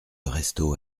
restaud